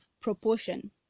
proportion